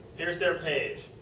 here is their page.